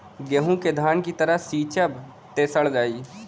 गेंहू के धान की तरह सींचब त सड़ जाई